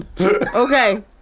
Okay